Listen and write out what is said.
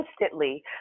Instantly